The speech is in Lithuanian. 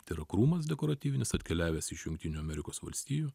tai yra krūmas dekoratyvinis atkeliavęs iš jungtinių amerikos valstijų